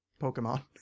Pokemon